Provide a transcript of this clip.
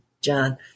John